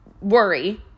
worry